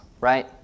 right